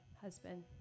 husband